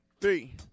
Three